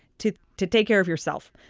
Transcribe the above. to to take care of yourself.